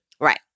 Right